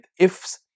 ifs